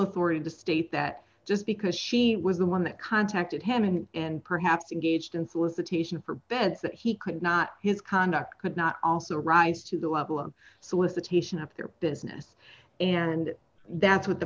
authority to state that just because she was the one that contacted him and and perhaps a gauged in solicitation for bed's that he could not his conduct could not also rise to the level of solicitation of their business and that's what the